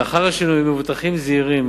לאחר השינוי מבוטחים זהירים,